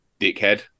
dickhead